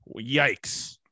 yikes